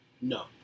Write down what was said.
No